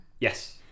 Yes